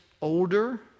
older